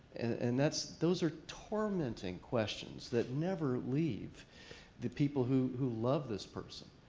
and that's those are tormenting questions that never leave the people who who love this person.